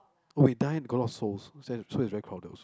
when die there's alot of souls so it's very crowded also